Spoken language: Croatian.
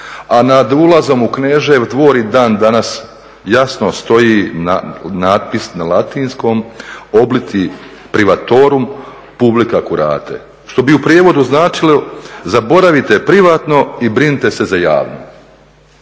a nad ulazom u Knežev dvor i dan danas jasno stoji natpis na latinskom obliti privatorum publica curate što bi u prijevodu značilo zaboravite privatno i brinite se za javno.